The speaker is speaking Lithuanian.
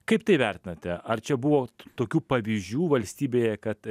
kaip tai vertinate ar čia buvo tokių pavyzdžių valstybėje kad